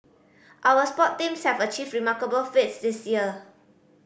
our sport teams have achieved remarkable feats this year